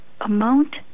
amount